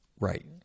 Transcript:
Right